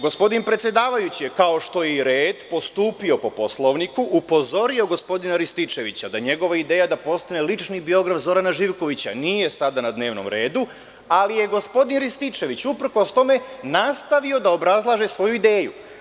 Gospodin predsedavajući je kao što je i red, postupio po Poslovniku, upozorio gospodina Rističevića da njegova ideja da postane lični biograf Zorana Živkovića, nije sada na dnevnom redu, ali je gospodin Rističević uprkos tome nastavio da obrazlaže svoju ideju.